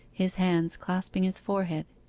his hands clasping his forehead.